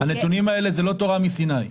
הנתונים האלה הם לא תורה מסיני.